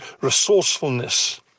resourcefulness